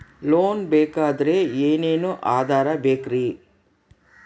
Loan ಬೇಕಾದ್ರೆ ಏನೇನು ಆಧಾರ ಬೇಕರಿ?